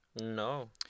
No